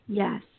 yes